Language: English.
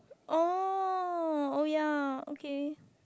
oh oh ya okay